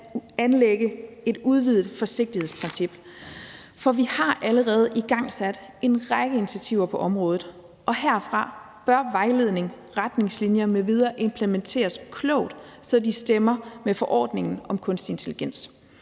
at anlægge et udvidet forsigtighedsprincip, for vi har allerede igangsat en række initiativer på området, og herfra bør vejledning, retningslinjer m.v. implementeres klogt, så de stemmer med forordningen om kunstig intelligens.